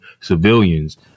civilians